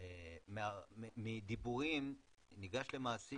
שמדיבורים ניגש למעשים.